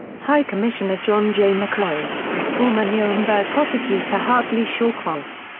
high commissioner john j. mccloy, and former nuremberg prosecutor hartley shawcross.